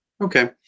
okay